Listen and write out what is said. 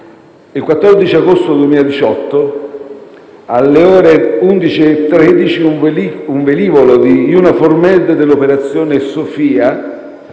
Il 14 agosto 2018, alle ore 11,13, un velivolo di EUNAVFOR Med dell'operazione Sophia